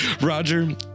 Roger